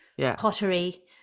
Pottery